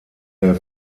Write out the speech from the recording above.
der